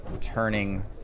turning